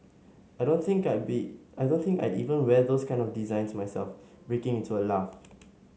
I don't think I be I don't think I'd even wear those kinds of designs myself breaking into a laugh